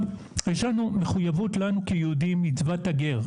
יש לנו מחויבות לנו כיהודים מצוות הגר,